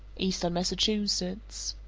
eastern massachusetts.